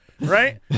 right